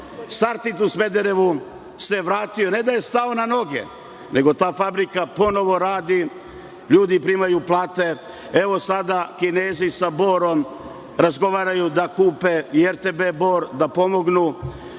„Sartid“ u Smederevu se vratio. Ne da je stao na noge, nego ta fabrika ponovo radi, ljudi primaju plate. Evo, sada Kinezi sa Borom razgovaraju da kupe i RTB Bor, da pomognu